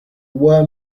worm